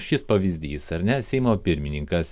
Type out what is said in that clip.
šis pavyzdys ar ne seimo pirmininkas